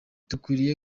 dukwiriye